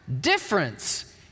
difference